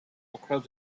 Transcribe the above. across